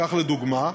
כך, לדוגמה,